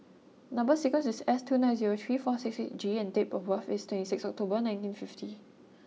number sequence is S two nine zero three four six eight G and date of birth is twenty six October nineteen fifty